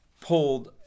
pulled